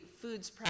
foods